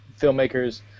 filmmakers